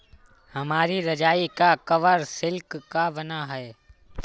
हमारी रजाई का कवर सिल्क का बना है